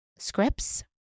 Scripts